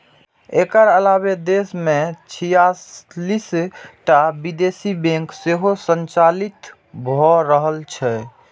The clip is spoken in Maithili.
एकर अलावे देश मे छियालिस टा विदेशी बैंक सेहो संचालित भए रहल छै